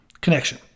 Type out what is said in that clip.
Connection